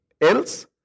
Else